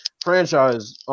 franchise